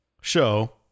show